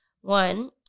One